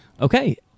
Okay